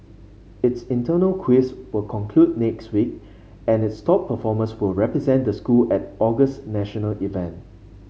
its internal quiz will conclude next week and its top performers will represent the school at August national event